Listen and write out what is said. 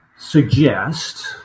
Suggest